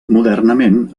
modernament